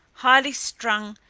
highly-strung,